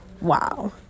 wow